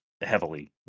heavily